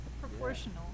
Proportional